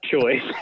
choice